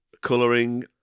Colouring